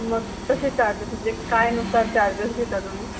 मग कसे चार्जेस म्हणजे काय नुसार चार्जेस घेता तुम्ही